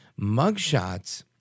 Mugshots